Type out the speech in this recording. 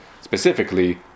Specifically